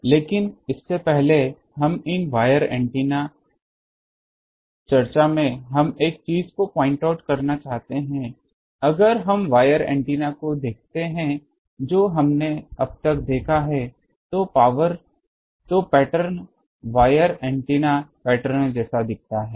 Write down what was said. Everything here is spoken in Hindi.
लेकिन इससे पहले इन वायर एंटीना चर्चा में हम एक चीज को पॉइंट आउट करना चाहते हैं अगर हम वायर एंटीना को देखते हैं जो हमने अब तक देखा है तो पैटर्न वायर एंटीना पैटर्न जैसा दिखता है